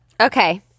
Okay